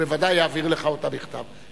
הוא בוודאי יעביר לך אותה בכתב.